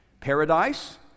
Paradise